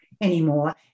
anymore